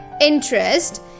interest